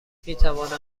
میتوانم